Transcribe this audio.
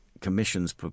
Commission's